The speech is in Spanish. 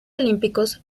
olímpicos